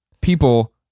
people